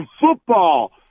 football